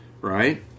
right